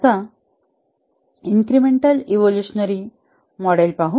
आता incremental evolutionary model पाहू